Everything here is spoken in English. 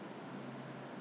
扣到来很多你懂吗